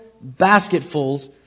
basketfuls